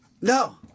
no